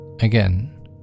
Again